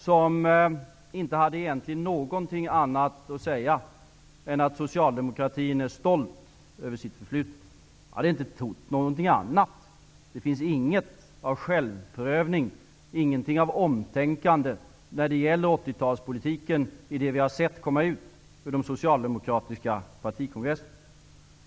Han hade egentligen inte något annat att säga än att socialdemokratin är stolt över sitt förflutna. Jag hade inte trott något annat. Det finns inget av självprövning, inget av omtänkande när det gäller 80-talspolitiken i det vi har sett komma ut ur de socialdemokratiska partikongresserna.